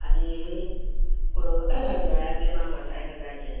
আজি কোনো ল'ৰাই বোলে মা পইচা এহেজাৰ দিয়া